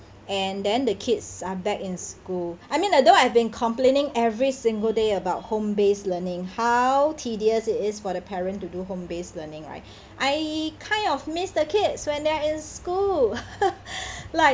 and then the kids are back in school I mean although I've been complaining every single day about home based learning how tedious it is for the parent to do home based learning right I kind of miss the kids when they're in school like